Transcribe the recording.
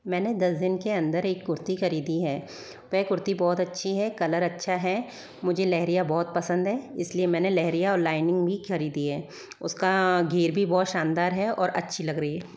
मैंने दस दिन के अंदर एक कुर्ती खरीदी है वह कुर्ती बहुत अच्छी है कलर अच्छा है मुझे लहरिया बहुत पसंद है इसलिए मैंने लहरिया और लाइनिंग भी खरीदी है उसका घेर भी बहुत शानदार है अच्छी लग रही है